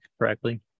correctly